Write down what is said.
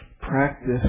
practice